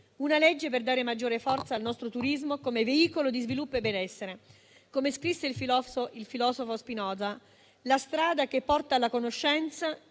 una legge per dare maggiore forza al nostro turismo come veicolo di sviluppo e benessere. Come scrisse il filosofo Spinoza: «La strada che porta alla conoscenza